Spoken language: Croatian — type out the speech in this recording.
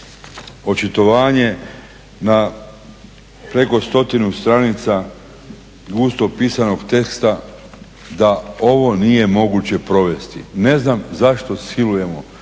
očitovanje na preko stotinu stranica gusto pisanog teksta da ovo nije moguće provesti. Ne znam zašto silujemo